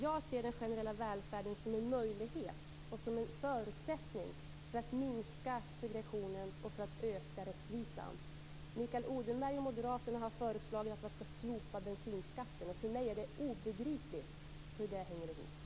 Jag ser den generella välfärden som en möjlighet och som en förutsättning för att minska segregationen och för att öka rättvisan. Mikael Odenberg och Moderaterna har förslagit att man skall slopa bensinskatten. För mig är det obegripligt hur detta hänger ihop.